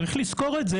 צריך לזכור את זה,